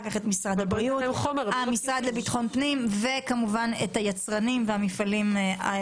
המשרד לביטחון פנים וכמובן את היצרנים והמפעלים.